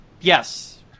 Yes